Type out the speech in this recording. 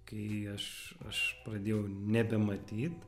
kai aš aš pradėjau nebematyt